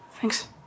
Thanks